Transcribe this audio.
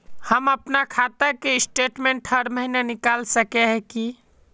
हम अपना खाता के स्टेटमेंट हर महीना निकल सके है की?